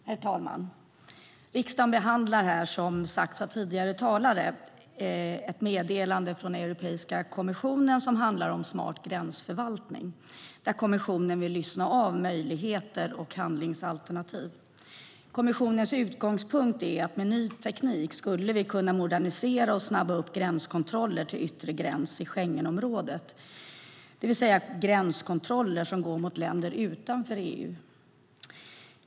Herr talman! Riksdagen behandlar här, som sagts av tidigare talare, ett meddelande från Europeiska kommissionen som handlar om smart gränsförvaltning och där kommissionen vill lyssna av valmöjligheter och handlingsalternativ. Kommissionens utgångspunkt är att med ny teknik skulle vi kunna modernisera och snabba upp gränskontroller till yttre gräns i Schengenområdet, det vill säga gränskontroller mot länder utanför EU.